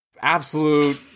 absolute